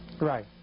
Right